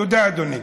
תודה, אדוני.